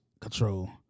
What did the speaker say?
control